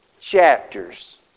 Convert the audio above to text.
chapters